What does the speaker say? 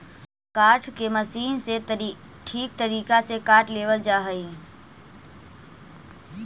काष्ठ के मशीन से ठीक तरीका से काट लेवल जा हई